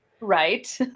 Right